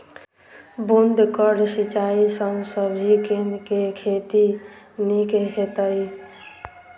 बूंद कऽ सिंचाई सँ सब्जी केँ के खेती नीक हेतइ?